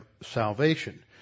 salvation